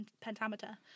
pentameter